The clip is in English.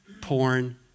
porn